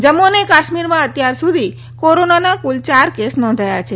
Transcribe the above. જમ્મુ અને કાશ્મીરમાં અત્યાર સુધી કોરોનાના કુલ ચાર કેસ નોંધાયા છે